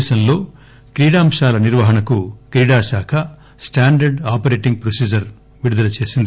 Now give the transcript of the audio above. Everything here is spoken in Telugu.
దేశంలో క్రీడాంశాల నిర్వహణకు క్రీడాశాఖ స్టాండర్డ్ ఆపరేటింగ్ ప్రోసిజర్స్ విడుదల చేసింది